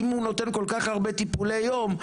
אם הוא נותן כל כך הרבה טיפולי יום,